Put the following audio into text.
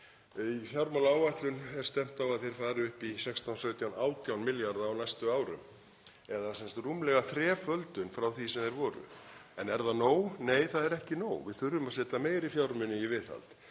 Í fjármálaáætlun er stefnt á að þeir fari upp í 16, 17, 18 milljarða á næstu árum eða rúmlega þreföldun frá því sem þeir voru. En er það nóg? Nei, það er ekki nóg. Við þurfum að setja meiri fjármuni í viðhald.